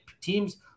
teams